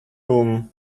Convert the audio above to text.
room